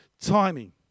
Timing